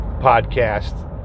podcast